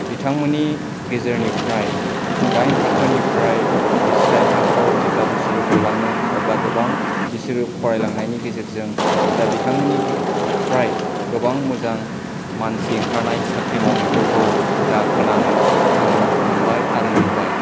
बिथांमोननि गेजेरनिफ्राय दाइन थाखोनिफ्राय जेब्ला बिसोरो गलाङो अब्ला गोबां बिसोरो फरायलांनायनि गेजेरजों दा बिथांमोननिफ्राय गोबां मोजां मानसि ओंखारनाय साख्रि मावनायफोरखौ दा खोनानो जोङो मोनबाय आरो नुबाय